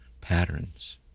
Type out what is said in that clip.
patterns